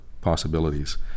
possibilities